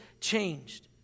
changed